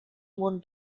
won